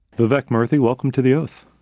vivek murthy, welcome to the oath.